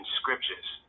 scriptures